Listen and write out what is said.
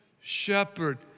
shepherd